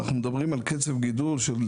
קצב הגידול הוא